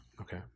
Okay